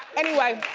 anyway